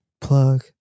plug